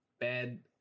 bad